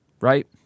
right